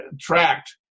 tracked